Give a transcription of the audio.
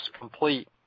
complete